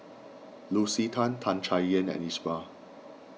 Lucy Tan Tan Chay Yan and Iqbal